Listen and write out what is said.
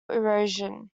erosion